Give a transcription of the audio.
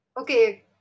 Okay